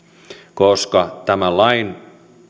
koska tämän lain